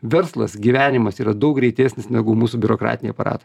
verslas gyvenimas yra daug greitesnis negu mūsų biurokratiniai aparatai